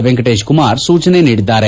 ವೆಂಕಟೇಶ್ ಕುಮಾರ್ ಸೂಚನೆ ನೀಡಿದ್ದಾರೆ